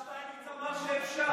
השר שטייניץ אמר שאפשר.